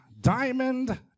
Diamond